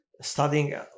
studying